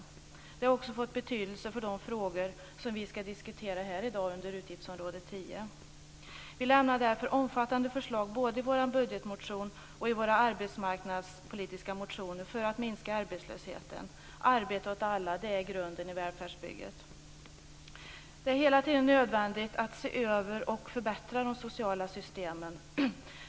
Detta har också fått betydelse för de frågor som vi skall diskutera här i dag under utgiftsområde Vänsterpartiet lämnar därför omfattande förslag både i sin budgetmotion och i sina arbetsmarknadspolitiska motioner för att minska arbetslösheten. Arbete åt alla - det är grunden i välfärdsbygget. Det är nödvändigt att hela tiden se över och förbättra de sociala systemen.